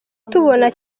tubona